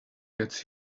gets